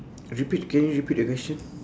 repeat can you repeat the question